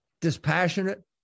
dispassionate